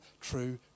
true